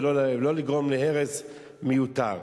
ולא לגרום להרס מיותר.